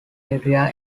area